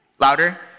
Louder